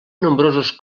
nombrosos